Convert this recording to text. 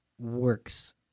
works